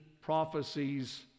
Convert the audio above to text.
prophecies